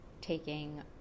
taking